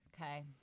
okay